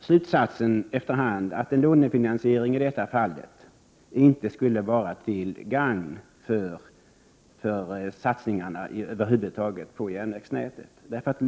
slutsatsen efter hand att en lånefinansiering i detta fall inte skulle vara till gagn för satsningarna på järnvägsnätet.